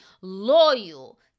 loyal